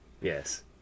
Yes